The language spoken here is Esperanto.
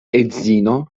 edzino